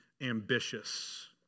ambitious